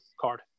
card